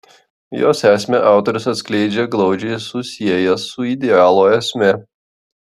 jos esmę autorius atskleidžia glaudžiai susiejęs su idealo esme